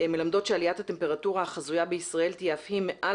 מלמדות שעליית הטמפרטורה החזויה בישראל תהיה אף היא מעל